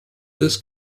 this